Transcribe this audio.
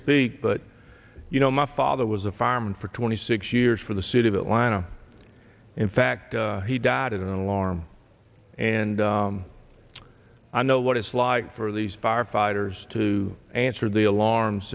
speak but you know my father was a fireman for twenty six years for the city of atlanta in fact he died in alarm and i know what it's like for these firefighters to answer the alarms